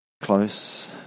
close